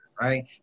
right